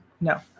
No